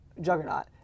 Juggernaut